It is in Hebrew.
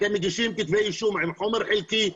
אתם מגישים כתבי אישום עם חומר חלקי,